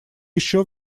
еще